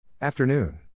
Afternoon